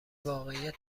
واقعیت